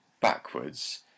backwards